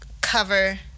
cover